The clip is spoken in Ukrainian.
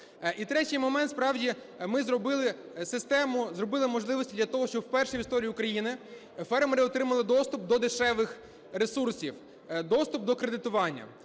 І третій момент. Справді ми зробили систему, зробили можливості для того, щоб вперше в історії України фермери отримали доступ до дешевих ресурсів, доступ до кредитування.